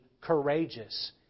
courageous